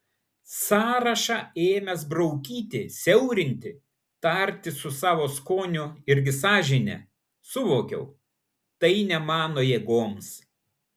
sąrašą ėmęs braukyti siaurinti tartis su savo skoniu irgi sąžine suvokiau tai ne mano jėgoms